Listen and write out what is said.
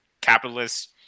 capitalists